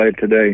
today